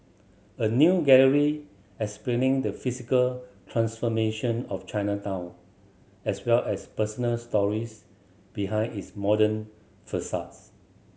a new gallery explaining the physical transformation of Chinatown as well as personal stories behind its modern facades